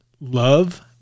Love